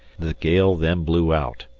the gale then blew out,